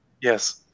yes